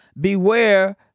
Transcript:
beware